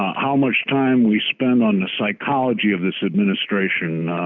how much time we spend on the psychology of this administration.